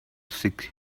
six